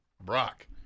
Brock